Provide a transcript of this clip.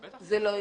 זה לא יקרה.